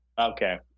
Okay